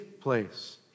place